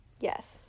Yes